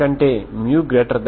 ఎందుకంటే μ0